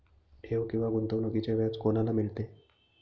ठेव किंवा गुंतवणूकीचे व्याज कोणाला मिळते?